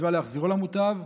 מצווה להחזירו למוטב,